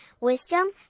wisdom